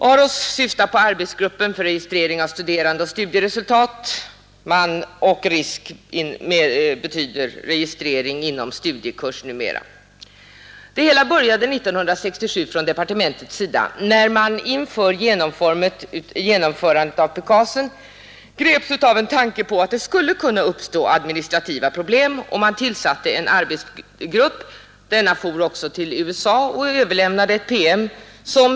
AROS syftar på arbetsgruppen för registrering av studerande och studieresultat och RISK betyder registrering inom studiekurs numera. Det hela började 1967 i departementet, när man inför genomförandet av PUKAS slogs av tanken att det skulle kunna uppstå administrativa problem, och man tillsatte en arbetsgrupp. Denna for också till USA och överlämnade så småningom ett PM.